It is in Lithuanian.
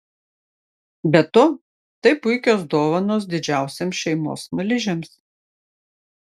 be to tai puikios dovanos didžiausiems šeimos smaližiams